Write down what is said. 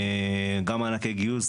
גם מענקי גיוס,